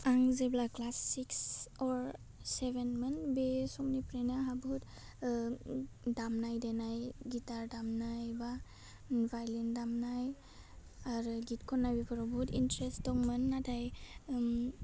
आं जेब्ला class six अर सेबेन मोन बे समनिफ्रायनो आंहा बहुद ओह दामनाय देनाय गिथार दामनाय बा बाइलेण्ड दामनाय आरो गिट खन्नाय बिफोराव बहुद इन्ट्रेस दंमोन नाथाइ उम